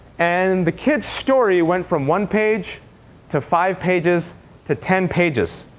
and the kid's story went from one page to five pages to ten pages.